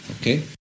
Okay